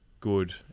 good